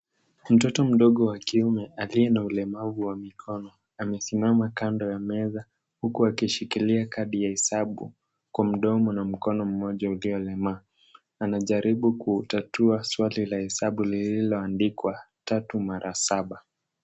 Mtoto mdogo wa kiume aliye na ulemavu wa mikono. Amesimama kando ya meza huku akishikilia kadi ya hesabu kwa mdomo na mkono mmoja uliolemaa. Anajaribu kutatua swali la hesabu lililo andikwa 3×7.